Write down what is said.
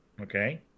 okay